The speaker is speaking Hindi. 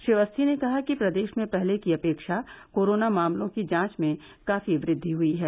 श्री अवस्थी ने कहा कि प्रदेश में पहले की अपेक्षा कोरोना मामलों की जांच में काफी वृद्धि हुई है